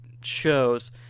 shows